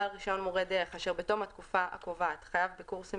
בעל רישיון מורה דרך אשר בתום התקופה הקובעת חייב בקורסים